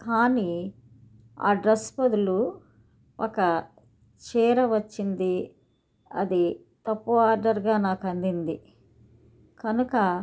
కానీ ఆ డ్రస్ బదులు ఒక చీర వచ్చింది అది తప్పు ఆర్డర్గా నాకందింది కనుక